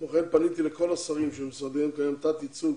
כמו כן פניתי לכל השרים שבמשרדיהם קיים תת ייצוג